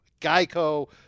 Geico